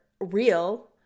real